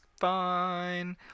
fine